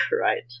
right